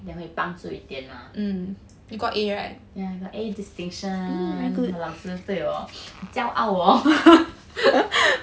then 会帮助一点 lah ya I got a distinction 我老师对我 很骄傲哦